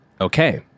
Okay